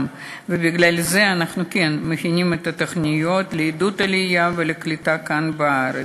בגלל זה אנחנו כן מכינים את התוכניות לעידוד עלייה ולקליטה כאן בארץ.